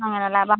അങ്ങനെ അല്ലേ അപ്പം